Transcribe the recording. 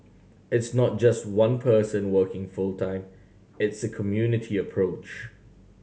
it's not just one person working full time it's a community approach